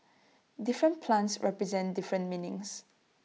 different plants represent different meanings